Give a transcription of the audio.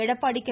Edappadi K